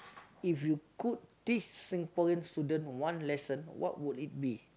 if you could teach Singaporean student one lesson what would it be